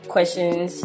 Questions